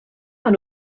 maen